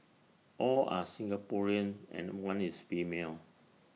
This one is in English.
all are Singaporeans and one is female